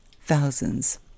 thousands